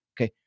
Okay